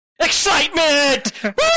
Excitement